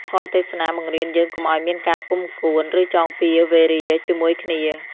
ធម៌ទេសនាបង្រៀនយើងកុំឱ្យមានការគុំកួន ឬចងពៀរវេរាជាមួយគ្នា។